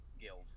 guild